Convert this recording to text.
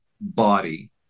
body